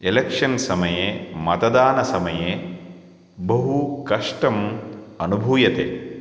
election समये मतदानसमये बहु कष्टम् अनुभूयते